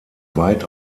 weit